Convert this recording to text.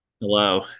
Hello